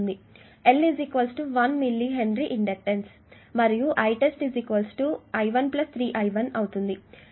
L 1 millihenry inductance మరియు Itest I1 3 I1